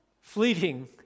fleeting